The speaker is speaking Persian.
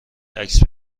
عکس